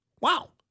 Wow